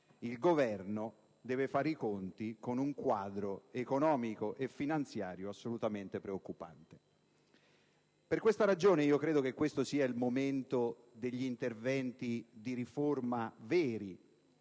il Governo deve fare i conti con un quadro economico e finanziario assolutamente preoccupanti. Per questa ragione, credo sia questo il momento degli interventi di riforma veri,